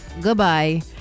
goodbye